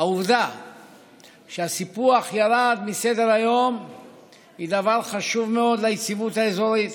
שהעובדה שהסיפוח ירד מסדר-היום היא דבר חשוב מאוד ליציבות האזורית,